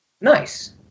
Nice